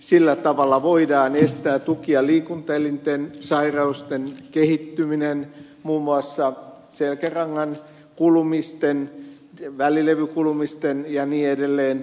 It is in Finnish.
sillä tavalla voidaan estää tuki ja liikuntaelinten sairauksien kehittyminen muun muassa selkärangan kulumisten välilevykulumisten ja niin edelleen